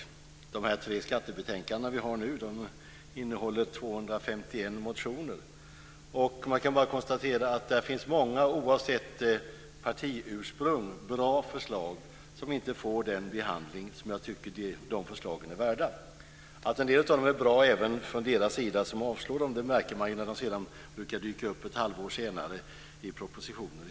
I de tre skattebetänkanden som vi nu debatterar behandlas 251 motioner, och man kan bara konstatera att det finns många bra förslag, oavsett partiursprung, som inte får den behandling som jag tycker att de är värda. Att även de som avslår motionerna tycker att en del av dem är bra märker man då de ett halvår senare i stället dyker upp i propositioner.